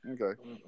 Okay